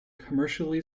commercially